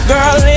Girl